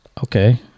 okay